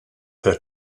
her